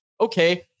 okay